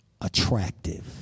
attractive